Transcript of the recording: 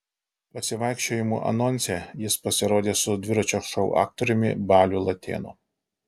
pasivaikščiojimų anonse jis pasirodo su dviračio šou aktoriumi baliu latėnu